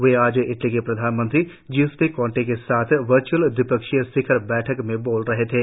वे आज इटली के प्रधानमंत्री ज्य्जेप्पे कोंते के साथ वर्च्अल द्विपक्षीय शिखर बैठक में बोल रहे थे